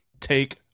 take